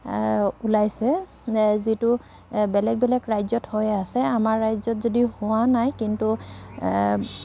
ওলাইছে যিটো বেলেগ বেলেগ ৰাজ্যত হৈ আছে আমাৰ ৰাজ্যত যদিও হোৱা নাই কিন্তু